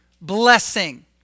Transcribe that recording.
blessing